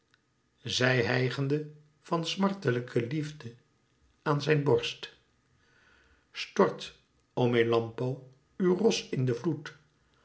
zij hijgende van smartelijke liefde aan zijn borst stort o melampo uw ros in den vloed